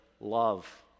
love